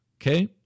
okay